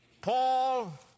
Paul